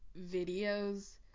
videos